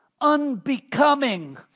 unbecoming